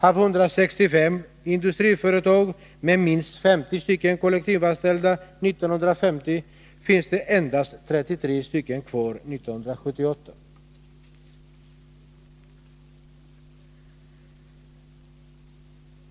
Av 165 industriföretag med minst 50 kollektivanställda år 1950 fanns endast 33 kvar 1978.